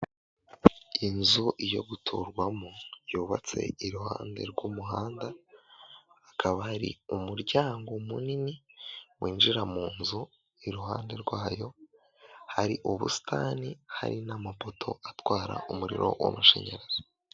Inzu yo guturwamo yubatse iruhande rw'umuhanda, hakaba hari umuryango munini winjira mu nzu iruhande rwayo hari ubusitani hari n'amapoto atwara umuriro w'amashanyarazi.